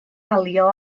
malio